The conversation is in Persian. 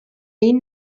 این